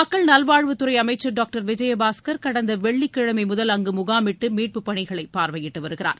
மக்கள் நல்வாழ்வுத் துறை அமைச்சர் டாக்டர் விஜயபாஸ்கர் கடந்த வெள்ளிக்கிழமை முதல் முகாமிட்டு மீட்புப் பணிகளை பாா்வையிட்டு வருகிறார்